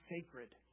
sacred